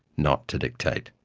not to dictate.